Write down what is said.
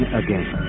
again